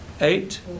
Eight